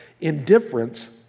Indifference